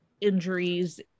injuries